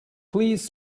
please